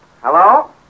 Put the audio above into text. Hello